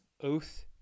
oath